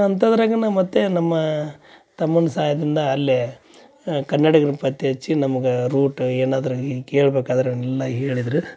ಅಂಥದ್ದ್ರಾಗ ನಾ ಮತ್ತೆ ನಮ್ಮ ತಮ್ಮನ ಸಹಾಯದಿಂದ ಅಲ್ಲೇ ಕನ್ನಡಿಗ್ರನ್ನು ಪತ್ತೆ ಹಚ್ಚಿ ನಮ್ಗೆ ರೂಟ್ ಏನಾದ್ರು ಕೇಳ್ಬಕಾದ್ರೆ ಎಲ್ಲ ಹೇಳಿದ್ರು